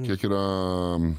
kiek yra